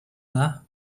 there